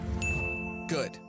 Good